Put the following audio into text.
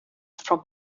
from